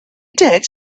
tax